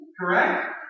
Correct